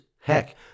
heck